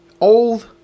Old